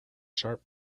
sharp